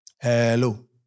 Hello